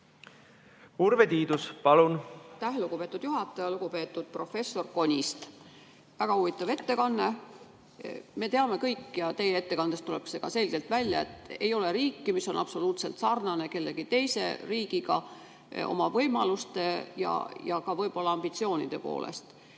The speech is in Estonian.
õppida? Aitäh, lugupeetud juhataja! Lugupeetud professor Konist, väga huvitav ettekanne! Me teame kõik ja teie ettekandest tuleb see ka selgelt välja, et ei ole riiki, mis on absoluutselt sarnane mõne teise riigiga oma võimaluste ja ka võib-olla ambitsioonide poolest.